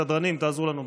סדרנים, תעזרו לנו בזה.